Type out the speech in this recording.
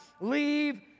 leave